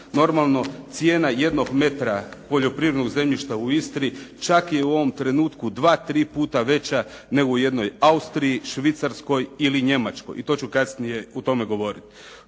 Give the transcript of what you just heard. normalno, cijena jednog metra poljoprivrednog zemljišta u Istri čak je u ovom trenutku 2, 3 puta veća nego u jednoj Austriji, Švicarskoj ili Njemačkoj i to ću kasnije o tome govoriti.